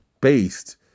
based